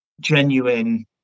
genuine